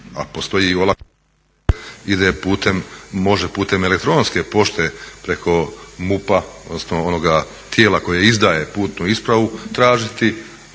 a postoji i olakšica da se ide putem, može putem elektronske pošte preko MUP-a odnosno onoga tijela koje izdaje putnu ispravu tražiti